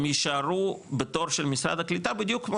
הם יישארו בתור של משרד הקליטה בדיוק כמו